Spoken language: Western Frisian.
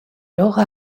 dogge